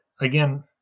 again